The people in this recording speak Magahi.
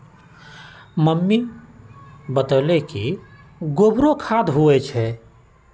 मम्मी बतअलई कि गोबरो खाद होई छई